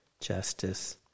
Justice